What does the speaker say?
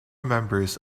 members